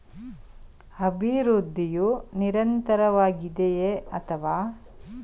ಅಭಿವೃದ್ಧಿಯು ನಿರಂತರವಾಗಿದೆಯೇ ಅಥವಾ ನಿಧಾನವಾಗಿದೆಯೇ?